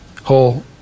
whole